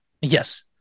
Yes